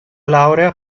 laurea